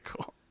cool